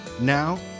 Now